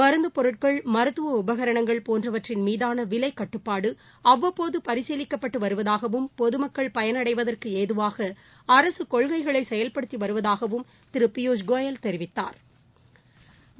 மருந்து பொருட்கள் மருத்துவ உபகரணங்கள் போன்றவற்றின் மீதான விலைக் கட்டுப்பாடு அவ்வட்போது பரிசீலிக்கப்பட்டு வருவதாகவும் பொதுமக்கள் பயனடைவதற்கு ஏதுவாக அரசு கொள்கைகளை செயல்படுத்தி வருவதாகவும் திரு பியூஷ் கோயல் தெரிவித்தாா்